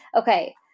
Okay